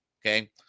Okay